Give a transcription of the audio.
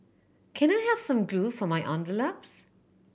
can I have some glue for my envelopes